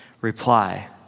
Reply